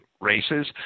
races